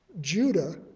Judah